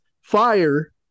fire